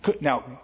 Now